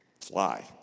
fly